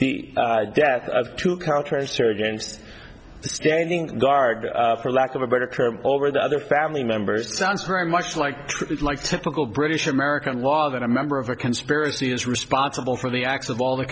the death of two counterinsurgencies standing guard for lack of a better term over the other family members sounds very much like typical british american law that a member of a conspiracy is responsible for the acts of all the